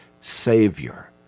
Savior